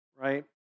right